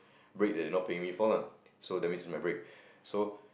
break that they are not paying me for lah so that means it's my break so